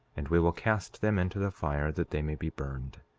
and we will cast them into the fire that they may be burned.